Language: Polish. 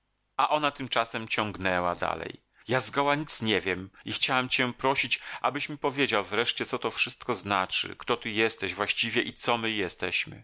a ona tymczasem ciągnęła dalej ja zgoła nic nie wiem i chciałam cię prosić abyś mi powiedział wreszcie co to wszystko znaczy kto ty jesteś właściwie i co my jesteśmy